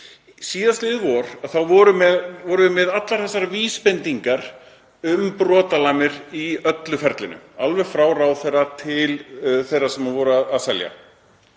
Síðastliðið vor höfðum við allar þessar vísbendingar um brotalamir í öllu ferlinu, alveg frá ráðherra til þeirra sem voru að selja.